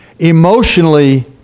emotionally